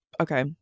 Okay